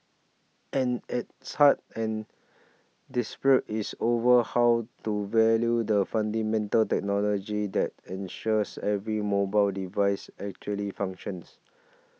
and its heart and dispute is over how to value the fundamental technology that ensures every mobile device actually functions